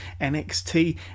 NXT